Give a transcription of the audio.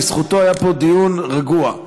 בזכותו היה פה דיון רגוע.